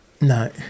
No